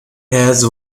has